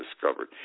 discovered